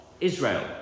Israel